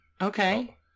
Okay